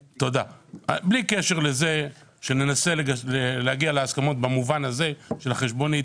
בלי קשר לזה שננסה להגיע להסכמות במובן הזה של החשבונית,